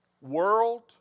world